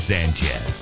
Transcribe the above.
Sanchez